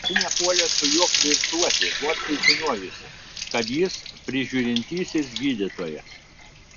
ji nepuolė su juo flirtuoti vos sužinojusi kad jis prižiūrintysis gydytojas